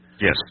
Yes